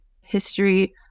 history